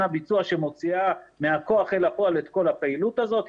הביצוע ולהוציא מהכוח אל הפועל את כל הפעילות הזאת.